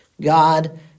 God